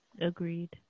agreed